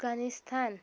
Afghanistan